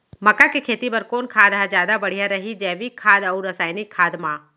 मक्का के खेती बर कोन खाद ह जादा बढ़िया रही, जैविक खाद अऊ रसायनिक खाद मा?